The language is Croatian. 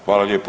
Hvala lijepo.